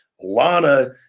Lana